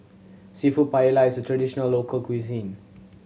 Seafood Paella is a traditional local cuisine